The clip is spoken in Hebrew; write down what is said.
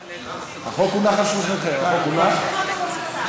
הרעיון הבסיסי היה לעשות רפורמה ברשות השידור,